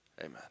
amen